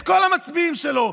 את כל המצביעים שלו,